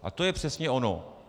A to je přesně ono.